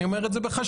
אני אומר את זה בחשש,